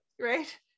Right